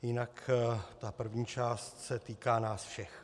Jinak ta první část se týká nás všech.